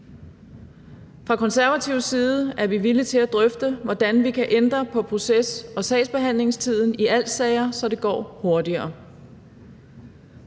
Fra konservativ side er vi villige til at drøfte, hvordan vi kan ændre på proces og sagsbehandlingstiden i als-sager, så det går hurtigere.